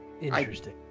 interesting